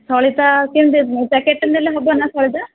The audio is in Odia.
ସଳିତା କେମିତି ମୁଁ ପ୍ୟାକେଟ୍ଟେ ନେଲେ ହେବ ନା ସଳିତା